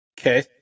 Okay